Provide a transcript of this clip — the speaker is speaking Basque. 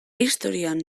historian